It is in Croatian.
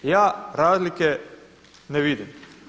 Ja razlike ne vidim.